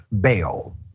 bail